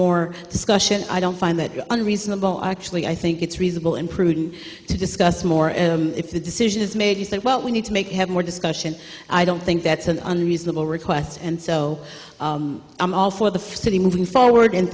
more discussion i don't find that unreasonable actually i think it's reasonable and prudent to discuss more if the decision is made you say well we need to make have more discussion i don't think that's an unreasonable request and so i'm all for the city moving forward and